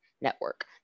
network